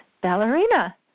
ballerina